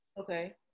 Okay